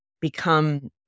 become